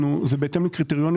זה בהתאם לקריטריונים.